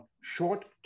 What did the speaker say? short